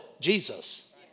Jesus